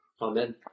Amen